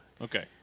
Okay